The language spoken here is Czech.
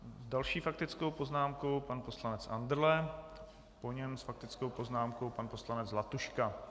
Další faktickou poznámku poslanec Andrle, po něm s faktickou poznámkou pan poslanec Zlatuška...